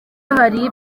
hari